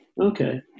Okay